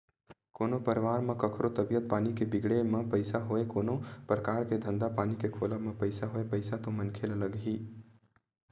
कोनो परवार म कखरो तबीयत पानी के बिगड़े म पइसा होय कोनो परकार के धंधा पानी के खोलब म पइसा होय पइसा तो मनखे ल लगथे ही